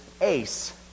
ace